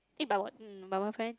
eh but what mm my boyfriend